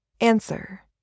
answer